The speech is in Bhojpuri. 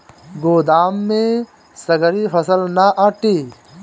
गोदाम में सगरी फसल ना आटी